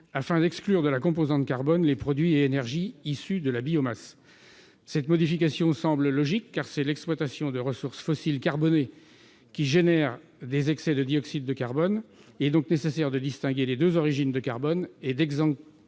afin d'exclure de la composante carbone les produits et énergies issus de la biomasse. Cette modification semble logique, car c'est l'exploitation de ressources fossiles carbonées qui engendre des excès de dioxyde carbone. Il est donc nécessaire de distinguer les deux origines de carbone et d'exempter